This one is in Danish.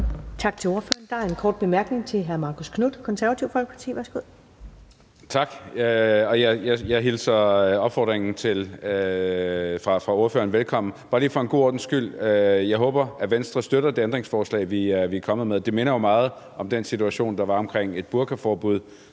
Tak til ordføreren. Der er en kort bemærkning fra hr. Marcus Knuth, Det Konservative Folkeparti. Værsgo. Kl. 15:55 Marcus Knuth (KF): Tak. Jeg hilser opfordringen fra ordføreren velkommen. Bare lige for god ordens skyld: Jeg håber, at Venstre støtter det ændringsforslag, vi er kommet med. Det minder jo meget om den situation, der var om et burkaforbud,